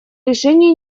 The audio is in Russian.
решения